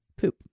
poop